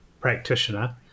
practitioner